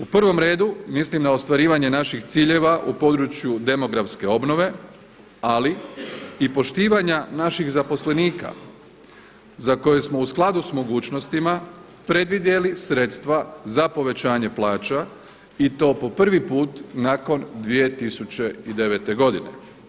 U prvom redu mislim na ostvarivanje naših ciljeva u području demografske obnove ali i poštivanja naših zaposlenika za koje smo u skladu s mogućnostima predvidjeli sredstva za povećanje plaća i to po prvi put nakon 2009. godine.